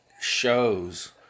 shows